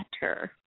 better